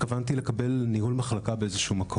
התכוונתי לקבל ניהול מחלקה בהמשך.